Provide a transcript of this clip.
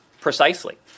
precisely